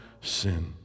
sin